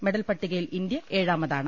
medal പട്ടി കയിൽ India ഏഴാമതാണ്